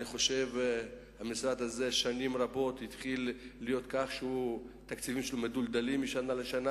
במשך שנים רבות התקציבים של המשרד הזה מדולדלים משנה לשנה